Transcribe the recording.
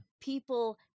people